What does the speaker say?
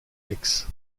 aix